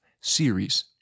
series